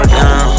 down